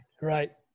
Right